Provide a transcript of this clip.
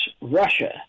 Russia